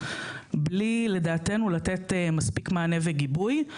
בלי לדעתנו לתת מספיק מענה וגיבוי.